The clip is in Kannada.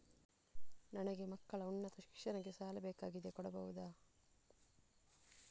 ನನಗೆ ಮಕ್ಕಳ ಉನ್ನತ ಶಿಕ್ಷಣಕ್ಕೆ ಸಾಲ ಬೇಕಾಗಿದೆ ಕೊಡಬಹುದ?